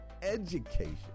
education